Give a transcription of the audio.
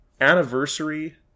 anniversary